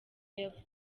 yavutse